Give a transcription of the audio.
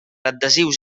adhesius